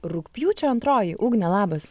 rugpjūčio antroji ugne labas